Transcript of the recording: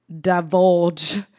divulge